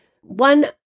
One